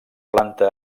planta